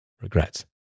regrets